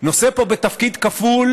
נושא פה בתפקיד כפול,